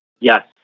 Yes